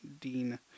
Dean